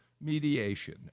mediation